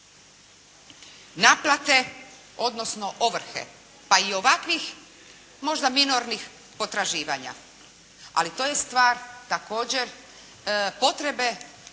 naplate odnosno ovrhe, pa i ovakvih možda minornih potraživanja. Ali to je stvar također potrebe